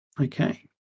Okay